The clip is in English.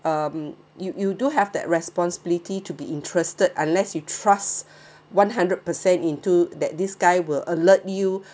um you you do have the responsibility to be interested unless you trust one hundred per cent into that this guy will alert you